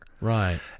Right